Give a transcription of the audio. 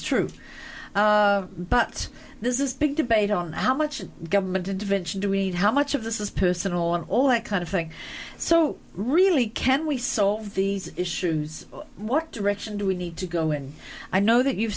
true but this is a big debate on how much government intervention do we how much of this is person or all that kind of thing so really can we solve these issues what direction do we need to go and i know that you've